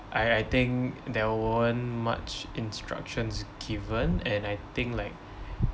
I I think there weren't much instructions given and I think like